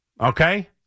Okay